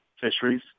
fisheries